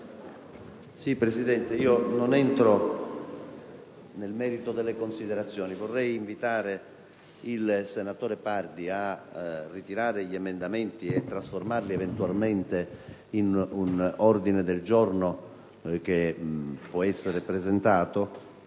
*relatore*. Non entro nel merito delle considerazioni. Vorrei invitare il senatore Pardi a ritirare gli emendamenti per trasformarli eventualmente in un ordine del giorno, tenendo conto